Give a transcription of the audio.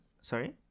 Sorry